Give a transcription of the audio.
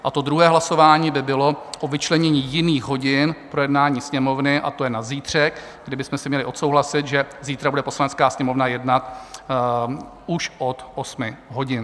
To druhé hlasování by bylo o vyčlenění jiných hodin pro jednání Sněmovny, a to je na zítřek, kdy bychom si měli odsouhlasit, že zítra bude Poslanecká sněmovna jednat už od 8 hodin.